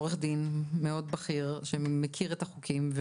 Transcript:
עורך דין בכיר מאוד שמכיר את החוקים,